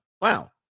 wow